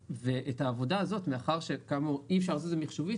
ואת העבודה הזאת מאחר ואי אפשר לעשות את זה מיחשובית,